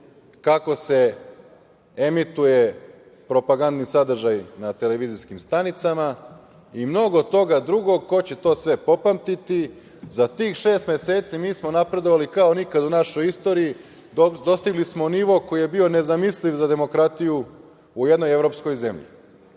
kako se emituje propagandni sadržaj na televizijskim stanicama i mnogo toga drugog, ko će sve to popamtiti. Za tih šest meseci mi smo napredovali kao nikada u našoj istoriji, dostigli smo nivo koji je bio nezamisliv za demokratiju u jednoj evropskoj zemlji. Sama